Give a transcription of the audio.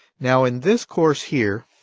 now in this course here